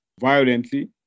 violently